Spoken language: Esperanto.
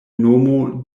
nomo